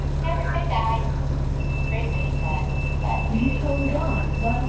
never say die a great many times, and flapped his wings for emphasis.